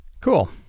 cool